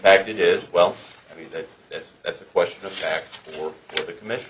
fact it is well i mean that is that's a question of fact for the commission